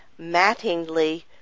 Mattingly